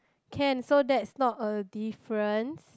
can so that's not a difference